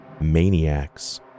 maniacs